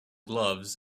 gloves